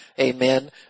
amen